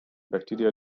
bacteria